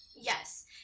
Yes